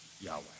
Yahweh